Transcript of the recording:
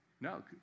No